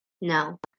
No